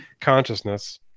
consciousness